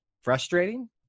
frustrating